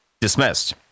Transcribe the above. dismissed